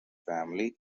family